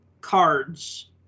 cards